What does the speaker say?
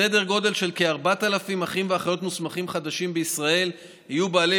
סדר גודל של כ-4,000 אחים ואחיות מוסמכים חדשים בישראל יהיו בעלי